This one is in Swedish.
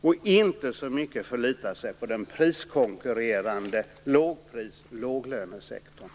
Man bör inte förlita sig så mycket på den priskonkurrerande lågpris och låglönesektorn.